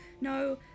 no